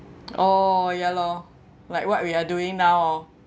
oh ya lor like what we are doing now hor